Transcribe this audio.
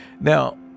Now